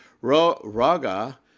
Raga